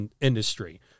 industry